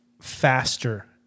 faster